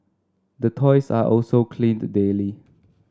the toys are also cleaned daily